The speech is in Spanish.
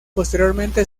posteriormente